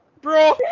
Bro